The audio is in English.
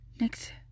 next